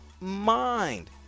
mind